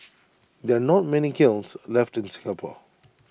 there are not many kilns left in Singapore